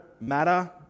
matter